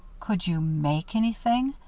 could you make anything?